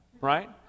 Right